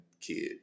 kid